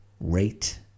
rate